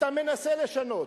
אתה מנסה לשנות,